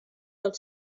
del